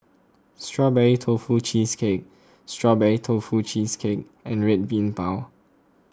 Strawberry Tofu Cheesecake Strawberry Tofu Cheesecake and Red Bean Bao